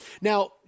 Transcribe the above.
Now